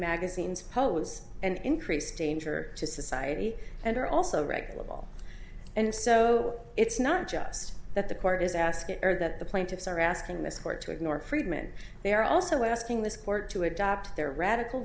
magazines pose an increased danger to society and are also regular ball and so it's not just that the court is asking or that the plaintiffs are asking this court to ignore friedman they are also asking this court to adopt their radical